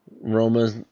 Roma